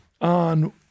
on